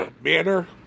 manner